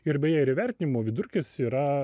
ir beje ir įvertinimo vidurkis yra